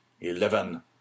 eleven